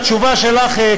בתשובה אלייך,